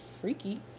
freaky